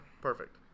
Perfect